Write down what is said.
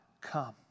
come